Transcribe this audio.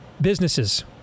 businesses